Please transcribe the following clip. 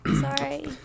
Sorry